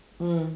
mm